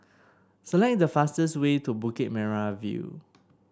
select the fastest way to Bukit Merah View